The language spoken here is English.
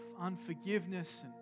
unforgiveness